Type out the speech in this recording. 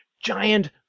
giant